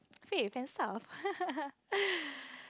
faith and stuff